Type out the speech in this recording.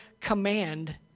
command